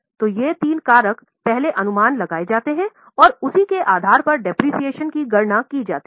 तो ये तीन कारक पहले अनुमान लगाए जातें हैं और उसी के आधार पर मूल्यह्रास की गणना की जाती है